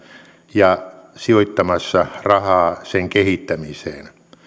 ja on sijoittamassa rahaa sen kehittämiseen